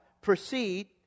proceed